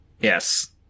Yes